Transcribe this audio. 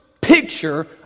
picture